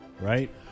Right